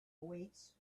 weights